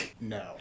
No